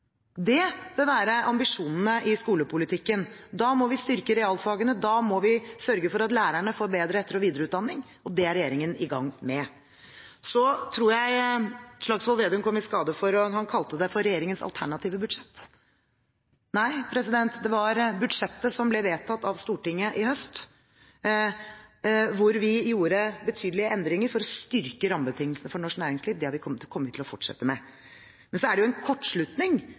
Det bør være ambisjonene i skolepolitikken. Da må vi styrke realfagene. Da må vi sørge for at lærerne får bedre etter- og videreutdanning. Dette er regjeringen i gang med. Slagsvold Vedum kom i skade for å kalle det for regjeringens alternative budsjett. Nei, det var budsjettet som ble vedtatt av Stortinget sist høst, et budsjett hvor vi gjorde betydelige endringer for å styrke rammebetingelsene for norsk næringsliv. Det kommer vi til å fortsette med. Så er det jo en kortslutning